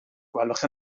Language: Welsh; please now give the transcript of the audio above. gwelwch